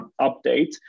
update